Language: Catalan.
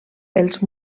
els